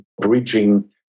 bridging